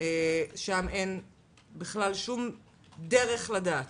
בגנים הפרטיים אין שום דרך לדעת.